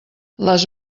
les